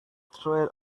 trail